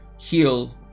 Heal